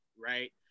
right